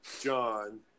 John